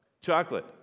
Chocolate